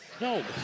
No